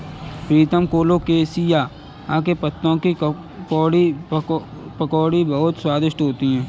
प्रीतम colocasia के पत्तों की पकौड़ी बहुत स्वादिष्ट होती है